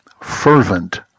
fervent